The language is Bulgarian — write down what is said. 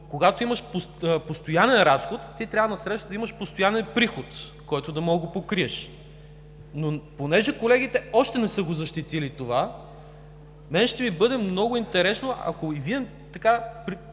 когато имаш постоянен разход, трябва насреща да имаш постоянен приход, който да можеш да покриеш. Но понеже колегите още не са защитили това, ще ми бъде много интересно, ако и Вие